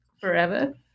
forever